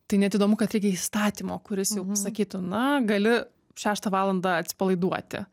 tai net įdomu kad reikia įstatymo kuris jau pasakytų na gali šeštą valandą atsipalaiduoti